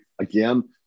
again